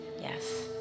Yes